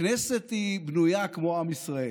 הכנסת בנויה כמו עם ישראל: